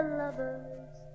lovers